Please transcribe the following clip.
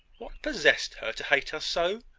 what possessed her to hate us so?